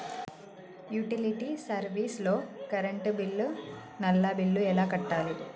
Utility service లో current bill, నల్లా bill ఎలా కట్టాలి?